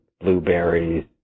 blueberries